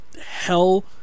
hell